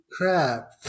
crap